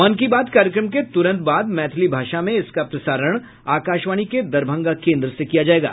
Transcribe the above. मन की बात कार्यक्रम के तुरंत बाद मैथिली भाषा में इसका प्रसारण आकाशवाणी के दरभंगा केन्द्र से किया जायेगा